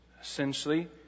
Essentially